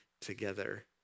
together